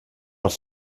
noch